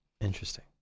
Interesting